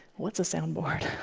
what's a soundboard?